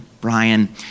Brian